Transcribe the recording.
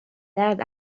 درد